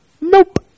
nope